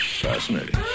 fascinating